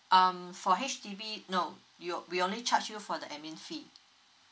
um for H_D_B no you'll we only charge you for the admin fee